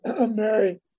Mary